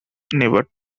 never